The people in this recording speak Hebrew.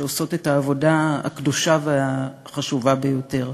שעושות את העבודה הקדושה והחשובה ביותר.